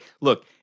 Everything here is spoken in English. look